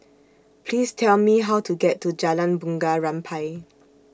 Please Tell Me How to get to Jalan Bunga Rampai